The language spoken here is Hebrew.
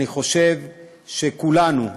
אני חושב שכולנו,